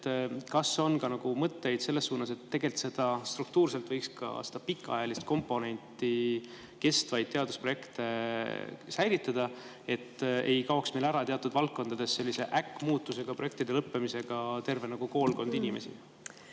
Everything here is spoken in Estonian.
kas on ka mõtteid selles suunas, et tegelikult struktuurselt võiks ka seda pikaajalist komponenti, kestvaid teadusprojekte säilitada, et ei kaoks ära teatud valdkondades sellise äkkmuutusega, projektide lõppemisega, terve koolkond inimesi?